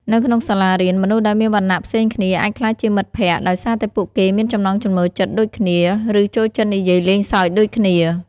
នៅក្នុងសាលារៀន មនុស្សដែលមានវណ្ណៈផ្សេងគ្នាអាចក្លាយជាមិត្តភក្តិដោយសារតែពួកគេមានចំណង់ចំណូលចិត្តដូចគ្នាឬចូលចិត្តនិយាយលេងសើចដូចគ្នា។